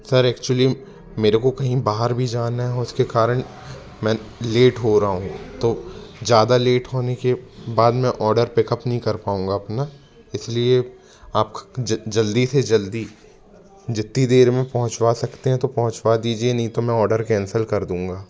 sir actually मेरे को कहीं बाहर भी जाना है उसके कारण मैं लेट हो रहा हूँ तो ज़्यादा लेट होने के बाद में ऑर्डर पिकअप नहीं कर पाऊँगा अपना इसलिए आप जल्दी से जल्दी जितनी देर में पहुँचवा सकते हैं तो पहुँचवा दीजिए नहीं तो मैं आर्डर कैंसिल कर दूँगा